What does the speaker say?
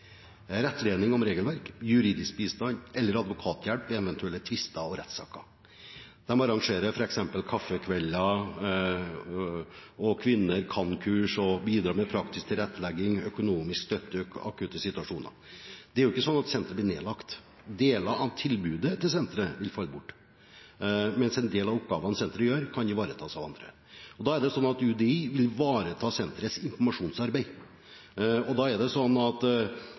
rettledning om regelverk og juridisk bistand eller advokathjelp ved eventuelle tvister og rettssaker. De arrangerer f.eks. kaffekvelder, «Kvinner kan»-kurs og bidrar med praktisk tilrettelegging og økonomisk støtte i akutte situasjoner. Senteret blir ikke nedlagt. Deler av tilbudet ved senteret vil falle bort, mens en del av oppgavene deres kan ivaretas av andre. UDI vil ivareta senterets informasjonsarbeid, og formålet med veiledningen er at den skal gi alle parter informasjon. Hvis det er en utrygghet der ute, er det